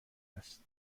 است